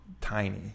tiny